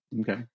Okay